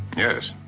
yes.